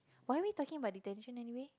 why are we talking about detention anyway